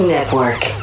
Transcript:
Network